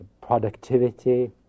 productivity